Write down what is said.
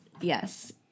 Yes